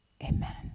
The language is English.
Amen